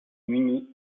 munis